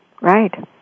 Right